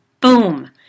boom